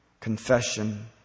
confession